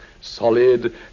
solid